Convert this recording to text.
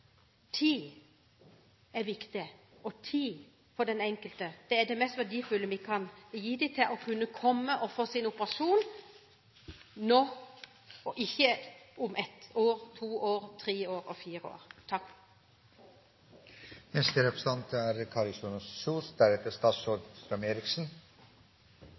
Tid er viktig – tid for den enkelte – og det mest verdifulle vi kan gi dem, er å la dem komme for å få sin operasjon nå, og ikke om ett, to, tre eller fire år.